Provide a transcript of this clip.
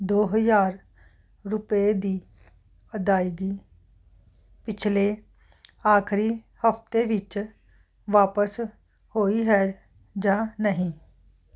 ਦੋ ਹਜ਼ਾਰ ਰੁਪਏ ਦੀ ਅਦਾਇਗੀ ਪਿਛਲੇ ਆਖਰੀ ਹਫਤੇ ਵਿੱਚ ਵਾਪਸ ਹੋਈ ਹੈ ਜਾਂ ਨਹੀਂ